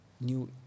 new